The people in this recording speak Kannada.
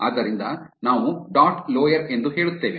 ಆದ್ದರಿಂದ ನಾವು ಡಾಟ್ ಲೋವರ್ ಎಂದು ಹೇಳುತ್ತೇವೆ